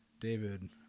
David